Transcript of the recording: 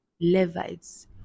Levites